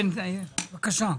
כן בבקשה.